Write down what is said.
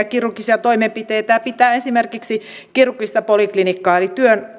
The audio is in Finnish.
kirurgisia toimenpiteitä ja pitää esimerkiksi kirurgista poliklinikkaa eli